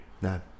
no